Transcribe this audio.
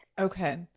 Okay